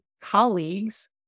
colleagues